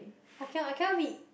I cannot I cannot read